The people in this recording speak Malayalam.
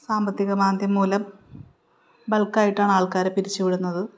സാമ്പത്തിക മാന്ത്യംമൂലം ബൾക്കായിട്ടാണ് ആൾക്കാരെ പിരിച്ചു വിടുന്നത്